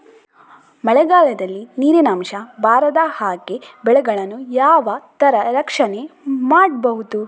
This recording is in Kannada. ಮಳೆಗಾಲದಲ್ಲಿ ನೀರಿನ ಅಂಶ ಬಾರದ ಹಾಗೆ ಬೆಳೆಗಳನ್ನು ಯಾವ ತರ ರಕ್ಷಣೆ ಮಾಡ್ಬಹುದು?